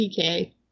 PK